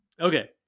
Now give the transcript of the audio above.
Okay